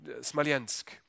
Smolensk